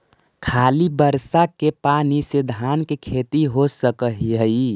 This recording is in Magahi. खाली बर्षा के पानी से धान के खेती हो सक हइ?